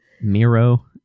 Miro